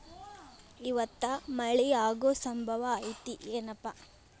ಇವತ್ತ ಮಳೆ ಆಗು ಸಂಭವ ಐತಿ ಏನಪಾ?